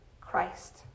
Christ